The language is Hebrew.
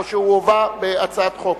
או שהוא הובא בהצעת חוק?